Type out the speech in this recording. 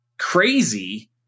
crazy